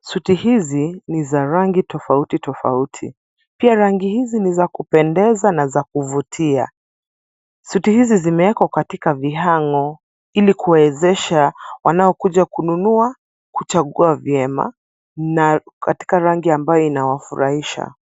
Suti hizi ni za rangi tofauti tofauti. Pia rangi hizi ni za kupendeza na za kuvutia. Suti hizi zimewekwa katika vihang'o ili kuwezesha wanaokuja kununua kuchagua vyema na katika rangi ambayo inawafurahisha.